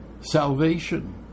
salvation